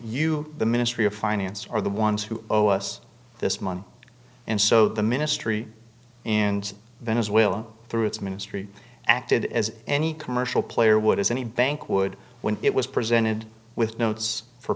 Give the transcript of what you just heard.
you the ministry of finance are the ones who owes us this money and so the ministry and venezuela through its ministry acted as any commercial player would as any bank would when it was presented with notes for